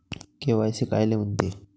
KYC कायले म्हनते?